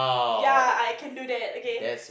ya I can do that okay